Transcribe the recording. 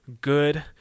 good